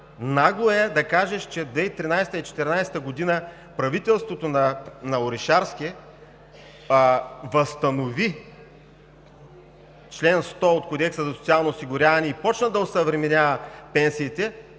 Нагло е да кажеш, че 2013 – 2014 г. правителството на Орешарски възстанови чл. 100 от Кодекса за социално осигуряване и почна да осъвременява пенсиите,